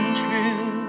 true